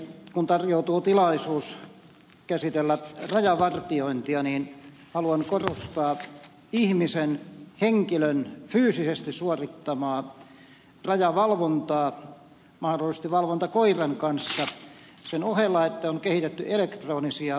kun tarjoutuu tilaisuus käsitellä rajavartiointia niin haluan korostaa ihmisen henkilön fyysisesti suorittamaa rajavalvontaa mahdollisesti valvontakoiran kanssa sen ohella että on kehitetty elektronisia valvontamekanismeja